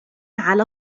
على